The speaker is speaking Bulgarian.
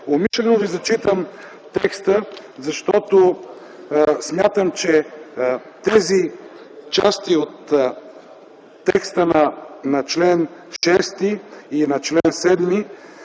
Умишлено Ви зачитам текста, защото смятам, че тези части от текста на чл. 6 и чл. 7